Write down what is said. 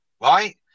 right